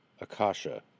Akasha